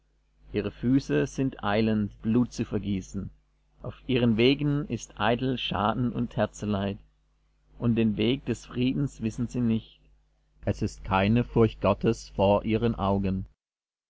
ihre füße sind eilend blut zu vergießen auf ihren wegen ist eitel schaden und herzeleid und den weg des friedens wissen sie nicht es ist keine furcht gottes vor ihren augen